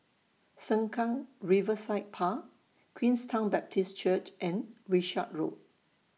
Sengkang Riverside Park Queenstown Baptist Church and Wishart Road